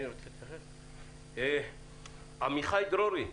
עמיחי דרורי,